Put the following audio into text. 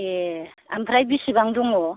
ए ओमफ्राय बिसिबां दङ